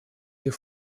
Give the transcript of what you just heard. hier